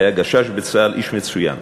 היה גשש בצה"ל, איש מצוין.